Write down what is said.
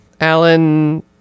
Alan